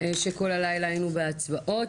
שכל הלילה היינו בהצבעות.